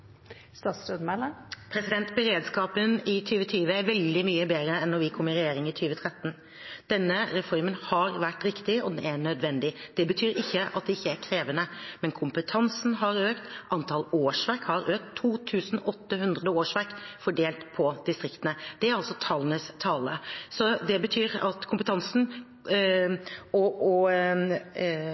Beredskapen i 2020 er veldig mye bedre enn da vi kom i regjering i 2013. Denne reformen har vært riktig, og den er nødvendig. Det betyr ikke at det ikke er krevende. Men kompetansen har økt, og antall årsverk har økt, med 2 800 årsverk fordelt på distriktene. Det er altså tallenes tale. Det betyr at kompetansen og kunnskapsnivået – og